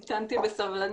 תודה, המתנתי בסבלנות.